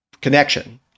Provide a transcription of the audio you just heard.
connection